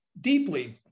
deeply